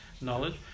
knowledge